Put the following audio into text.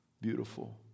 Beautiful